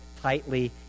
tightly